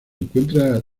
encuentra